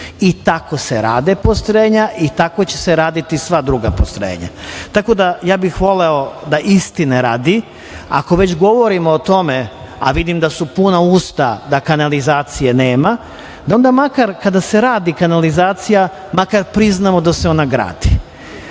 i tako se rade postrojenja i tako će se raditi sva druga postrojenja. Ja bih voleo da, istine radi, ako već govorimo o tome, a vidim da su puna usta da kanalizacije nema, onda makar, kada se radi kanalizacija, priznamo da se ona gradi,